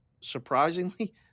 surprisingly